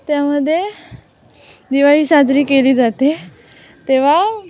त्यामध्ये दिवाळी साजरी केली जाते तेव्हा